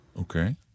Okay